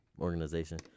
organization